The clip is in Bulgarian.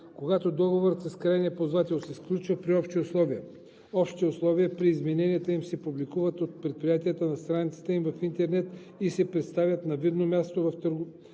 Когато договорът с крайния ползвател се сключва при общи условия, общите условия или измененията им се публикуват от предприятията на страницата им в интернет и се представят на видно място в търговските